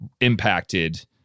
impacted